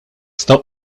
stop